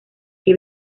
que